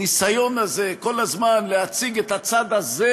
הניסיון הזה כל הזמן להציג את הצד הזה